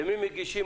למי מגישים?